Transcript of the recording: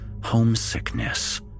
homesickness